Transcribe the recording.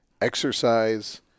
Exercise